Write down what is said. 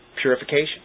purification